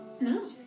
No